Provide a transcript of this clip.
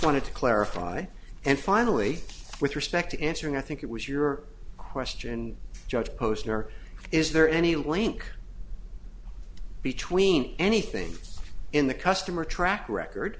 wanted to clarify and finally with respect to answering i think it was your question judge posner is there any link between anything in the customer track record